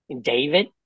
David